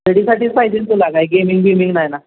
स्टडीसाठीच पाहिजे आहे न तुला गेमिंग बीमिंग नाही ना